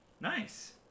Nice